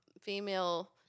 female